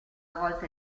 volte